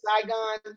Saigon